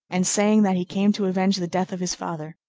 and saying that he came to avenge the death of his father.